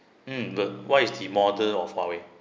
mm but what is the model of huawei